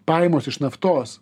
pajamos iš naftos